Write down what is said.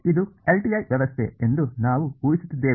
ಇದು LTI ವ್ಯವಸ್ಥೆ ಎಂದು ನಾವು ಉಹಿಸುತ್ತಿದ್ದೇವೆ